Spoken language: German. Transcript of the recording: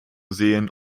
sehen